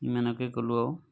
ইমানকে ক'লোঁ আৰু